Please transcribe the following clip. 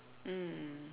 mm